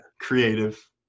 creative